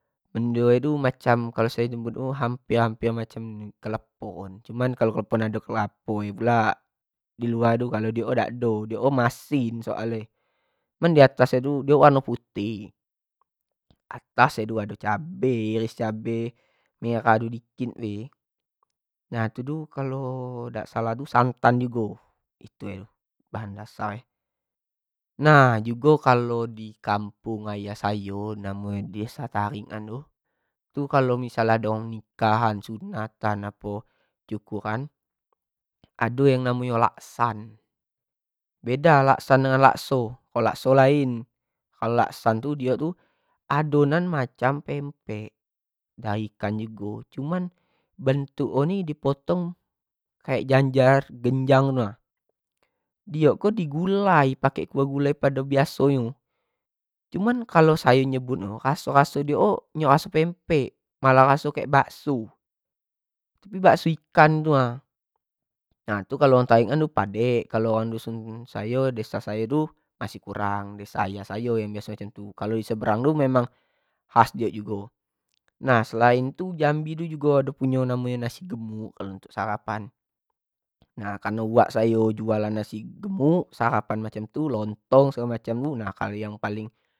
Gandus tu macam, kalo sayo nyebut nyo tu macam hamper macam klepon, cuma kalo klepon ado kelapo nyo pulak, diluar tu kalo diok o dak ado, kalo diok o masin soal e, cuma di atas nyo tu dio warno putih, atas nyo tu ado cabe, iris cabe merah tu dikit bae, nah itu tu kalo dak salah tu santan jugo, itu bae bahan dasar nyo, nah jugo kalo di kampung ayah sayo namo nyo desa tarik an itu, kalo missal nyo ado orang nikah, sunatan atau apo syukuran ado yang namo nyo laksan beda lakasn dengan lakso, kalo lakso lain, kalo laksan tu dio tu adonan macam pempek, dari ikan jugo cuma adonan ini di potong kek jajar genjang tu nah, diok ko di gulai pake kuah gulai biaso nyo, cuma kalo sayo nyebut nyo raso-raso nyo raso pempek malah raso kek bakso, tapi bakso ikan tu na, nah kalo orang tarik an tu padek orang dusun sayo desa sayo tu masih kurang desa ayah sayo yang biaso macam tu, desa seberang tu memang khas diok jugo, selain tu jambi tu jugo ado namo nyo nasi gemuk kalo untuk sarapan nah kalo uwak sayo jualan nasi gemuk sarapan macam tu paling.